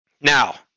Now